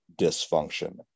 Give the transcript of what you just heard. dysfunction